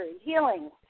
healing